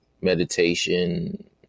meditation